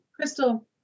Crystal